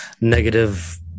negative